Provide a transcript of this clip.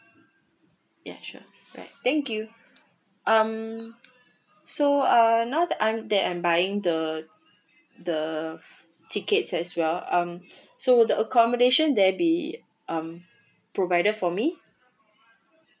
yeah sure alright thank you mm so uh now I'm that I'm buying the the tickets as well um so the accommodation there be um provided for me